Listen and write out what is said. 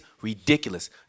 ridiculous